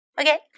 Okay